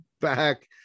Back